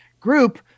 group